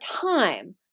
time